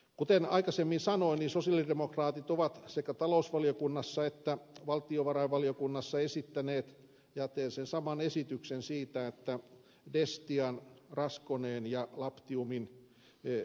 kuten aikaisemmin sanoin sosialidemokraatit ovat sekä talousvaliokunnassa että valtiovarainvaliokunnassa esittäneet ja teen sen saman esityksen että destian raskoneen ja labtiumin myyntivaltuudet hylätään